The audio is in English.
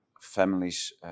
families